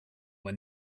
when